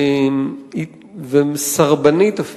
הם זכאים לקבל אותו גם בצורת קצבת שאירים מלאה.